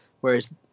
Whereas